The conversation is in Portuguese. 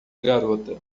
garota